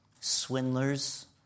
Swindlers